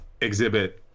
exhibit